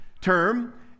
term